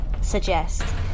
suggest